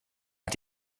hat